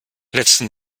letzten